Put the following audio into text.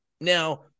Now